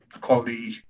quality